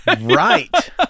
right